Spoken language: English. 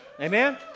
Amen